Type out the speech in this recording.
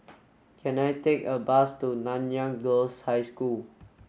can I take a bus to Nanyang Girls' High School